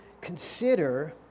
consider